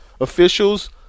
officials